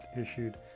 issued